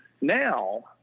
Now